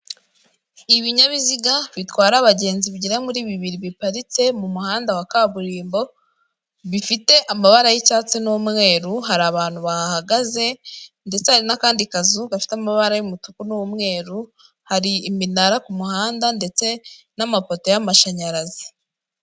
Ibinyabiziga bitwara abagenzi bigera muri bibiri biparitse mu muhanda wa kaburimbo, bifite amabara y'icyatsi n'umweru, hari abantu bahagaze ndetse hari n'akandi kazu gafite amabara y'umutuku n'umweru, hari iminara ku muhanda ndetse n'amapoto y'amashanyarazi.